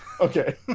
Okay